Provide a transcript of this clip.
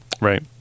Right